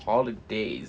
holidays